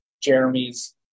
Jeremy's